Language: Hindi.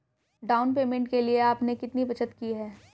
डाउन पेमेंट के लिए आपने कितनी बचत की है?